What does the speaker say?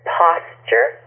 posture